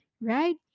right